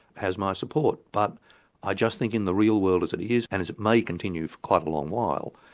has my support. but i just think in the real world as it is, and as it may continue for quite a long while,